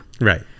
Right